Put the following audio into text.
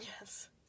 yes